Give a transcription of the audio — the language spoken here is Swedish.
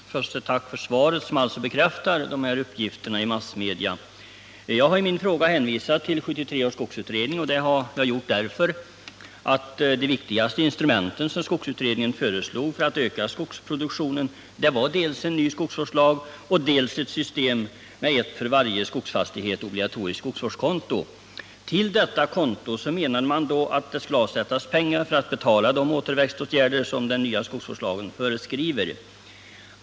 Herr talman! Först ett tack för svaret som alltså bekräftar de uppgifter som lämnats i massmedia. Jag har i min fråga hänvisat till 1973 års skogsutredning, och det har jag gjort därför att de viktigaste instrument som skogsutredningen föreslog för att öka skogsproduktionen var dels en ny skogsvårdslag, dels ett system med ett för varje skogsfastighet obligatoriskt skogsvårdskonto. Till detta konto skulle, menade man, avsättas pengar för att betala de återväxtåtgärder som den nya skogsvårdslagen föreskriver.